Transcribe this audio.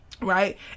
right